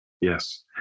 Yes